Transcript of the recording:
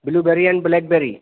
بلو بیری and black بیری